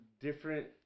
different